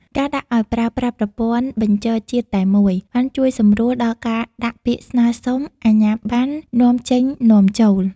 ការដាក់ឱ្យប្រើប្រាស់ប្រព័ន្ធ "បញ្ជរជាតិតែមួយ" បានជួយសម្រួលដល់ការដាក់ពាក្យស្នើសុំអាជ្ញាបណ្ណនាំចេញ-នាំចូល។